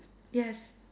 yes